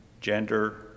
gender